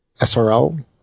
SRL